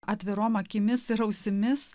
atvirom akimis ir ausimis